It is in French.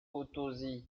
potosí